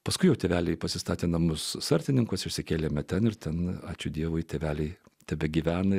paskui tėveliai pasistatę namus sartininkuose išsikeliame ten ir ten ačiū dievui tėveliai tebegyvena